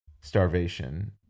starvation